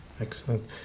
Excellent